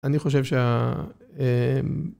אני חושב שה... אמממ